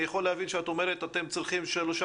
אני יכול להבין שאת אומרת שאתם צריכים שלושה